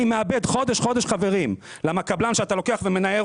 אני מאבד חודש-חודש חברים כי קבלן שאתה לוקח ומנער